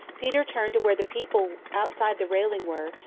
peter turned to where the people outside the railing were,